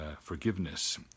forgiveness